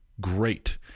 great